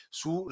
su